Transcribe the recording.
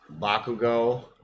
Bakugo